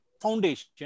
foundation